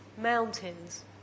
mountains